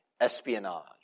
espionage